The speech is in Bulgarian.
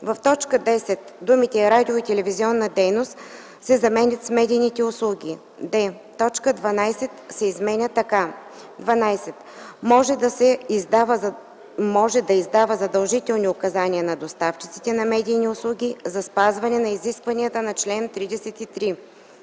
в т. 10 думите „радио- и телевизионна дейност” се заменят с „медийните услуги”; д) точка 12 се изменя така: „12. може да издава задължителни указания на доставчиците на медийни услуги за спазване изискванията на чл. 33;